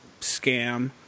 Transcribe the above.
scam